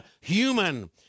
human